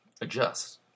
adjust